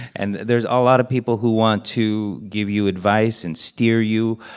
and there's a lot of people who want to give you advice and steer you.